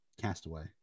castaway